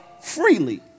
freely